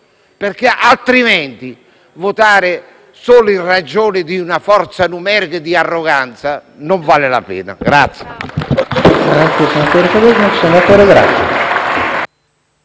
Altrimenti, votare solo in ragione di una forza numerica e di arroganza non vale la pena.